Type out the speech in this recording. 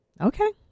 Okay